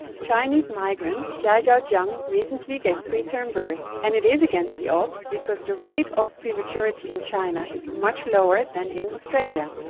chinese migrant xiaojia zhang recently gave preterm birth and it is against the odds because the rate of prematurity in china is much lower than in australia.